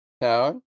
town